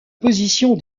position